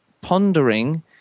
pondering